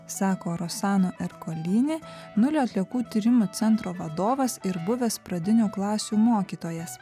sako rosano erkolini nulio atliekų tyrimų centro vadovas ir buvęs pradinių klasių mokytojas